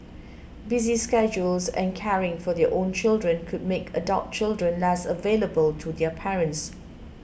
busy schedules and caring for their own children could make adult children less available to their parents